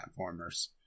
platformers